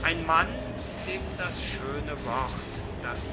ein mann dem das schöne wort daß